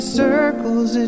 circles